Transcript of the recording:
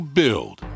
build